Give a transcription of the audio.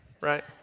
right